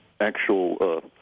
actual